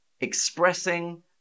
Expressing